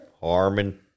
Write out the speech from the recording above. Harmon